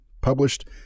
published